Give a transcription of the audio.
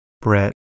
Brett